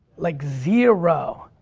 like, zero.